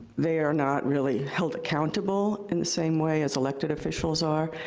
they are not really held accountable in the same way as elected officials are,